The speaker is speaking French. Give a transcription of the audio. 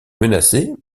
menacée